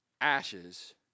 ashes